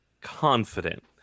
confident